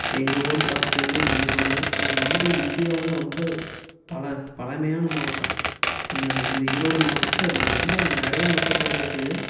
எங்கள் ஊர் பார்த்துட்டிங்கன்னா ஈரோடு இது வந்து இந்தியாவோட ரொம்ப பழ பழமையான மாவட்டம் அந்த இந்த ஈரோடு மாவட்டத்தில் ரொம்ப நிறைய மக்கள் தொகை இருக்குது